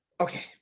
Okay